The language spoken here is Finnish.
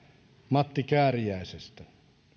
matti kääriäisestä